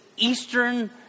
eastern